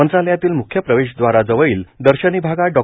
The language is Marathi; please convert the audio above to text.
मंत्रालयातील म्ख्य प्रवेशद्वाराजवळील दर्शनी भागात डॉ